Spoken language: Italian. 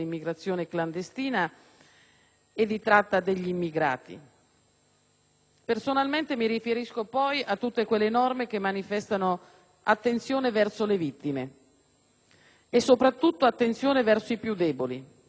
Personalmente mi riferisco poi a tutte quelle norme che manifestano attenzione verso le vittime e soprattutto attenzione verso i più deboli, cioè gli anziani, i minori e le persone con handicap.